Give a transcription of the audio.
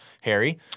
Harry